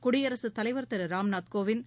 குடியரசுத் தலைவா் திருராம்நாத் கோவிந்த்